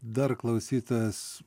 dar klausytojas